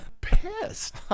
pissed